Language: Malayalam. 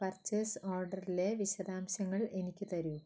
പർച്ചേസ് ഓർഡറിലെ വിശദാംശങ്ങൾ എനിക്ക് തരൂ